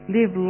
Live